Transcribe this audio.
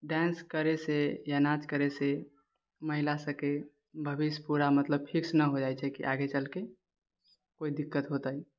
dance करैसँ या नाच करैसँ महिला सबके भविष्य पूरा मतलब फिक्स नहि हो जाइ छै की आगे चलके कोइ दिक्कत होतै